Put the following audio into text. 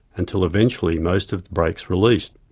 until eventually most of the brakes released.